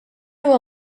huwa